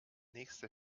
nächste